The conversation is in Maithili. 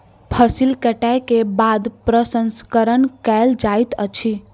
फसिल कटै के बाद प्रसंस्करण कयल जाइत अछि